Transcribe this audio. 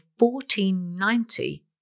1490